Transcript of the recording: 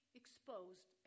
exposed